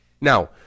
Now